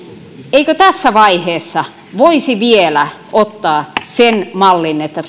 eikö tässä vaiheessa voisi vielä ottaa sen mallin että